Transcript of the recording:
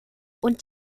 und